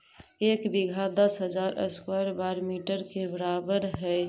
एक बीघा दस हजार स्क्वायर मीटर के बराबर हई